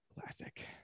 classic